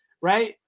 right